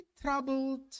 troubled